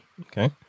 Okay